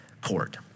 court